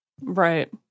Right